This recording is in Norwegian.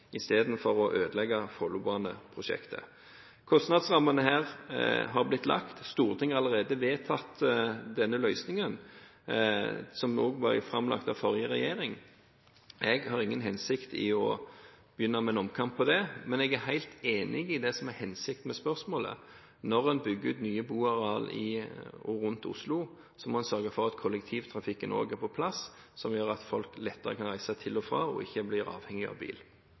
å ødelegge Follobaneprosjektet. Kostnadsrammene for dette har blitt lagt. Stortinget har allerede vedtatt denne løsningen, som også ble framlagt av den forrige regjeringen. Jeg har ikke til hensikt å begynne en omkamp om dette, men jeg er helt enig i det som er hensikten med spørsmålet: Når man bygger ut nye boarealer i og rundt Oslo, må man sørge for at kollektivtrafikken også er på plass, slik at folk lettere kan reise til og fra og ikke blir avhengige av bil.